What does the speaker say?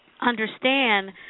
understand